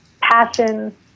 passion